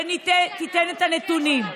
שתיתן את הנתונים.